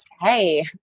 hey